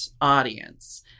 audience